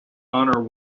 honor